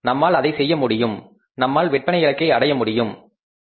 நம்மால் அதை செய்ய முடியும் நம்மால் விற்பனை இலக்கை அடைய முடியும் சரிதானே